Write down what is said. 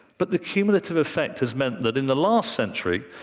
but the cumulative effect has meant that in the last century,